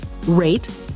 rate